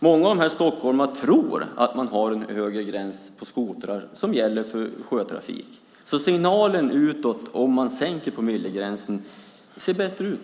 Många stockholmare tror att de har en högre gräns för skotrar som gäller för sjötrafik. Det ger en signal utåt om man sänker promillegränsen, och det ser bättre ut.